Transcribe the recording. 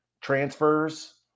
transfers